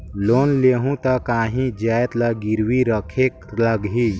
Loan लेहूं ता काहीं जाएत ला गिरवी रखेक लगही?